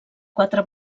quatre